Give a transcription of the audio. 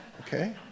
Okay